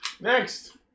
Next